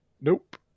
Nope